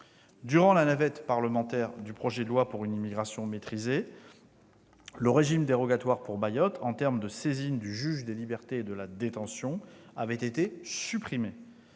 Durant la navette parlementaire du projet de la loi pour une immigration maîtrisée, le régime dérogatoire pour Mayotte en termes de saisine du juge des libertés et de la détention avait été supprimé.